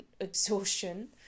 exhaustion